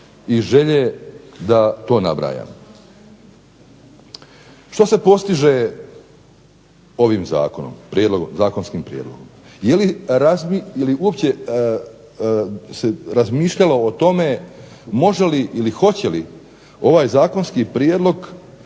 i želje da to pobrajam. Što se postiže ovim zakonskim prijedlogom? Je li uopće se razmišljalo o tome može li ili hoće li ovaj Zakonski prijedlog